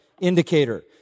indicator